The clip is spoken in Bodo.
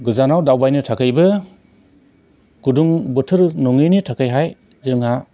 गोजानाव दावबायनो थाखायबो गुदुं बोथोर नङिनि थाखायहाय जोंहा